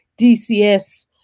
DCS